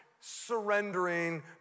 surrendering